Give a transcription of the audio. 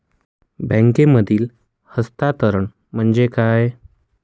बँकांमधील हस्तांतरण म्हणजे काय?